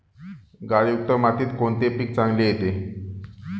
गाळयुक्त मातीत कोणते पीक चांगले येते?